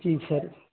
جی سر